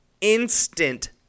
Instant